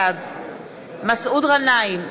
בעד מסעוד גנאים,